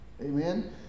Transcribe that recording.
Amen